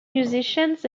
musicians